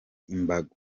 imbago